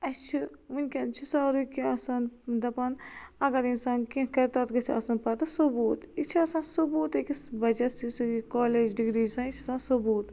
اسہِ چھُ ونکین چھُ سوری کیٚنہہ آسان دپان اگر اِنسان کیٚنہہ کر تتھ گژھہ آسُن ثبوٗت یہ چھُ آسان ثبوٗت آسان اکِس بچس یُس یہ کالیج ڈِگری چھِ آسان ثبوٗت